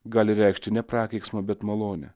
gali reikšti ne prakeiksmą bet malonę